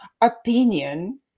opinion